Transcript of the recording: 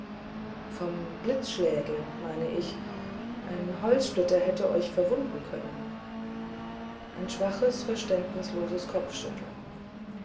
vom blitzschläge meine ich ein holzsplitter hätte euch verwunden können ein schwaches verständnisloses kopfschütteln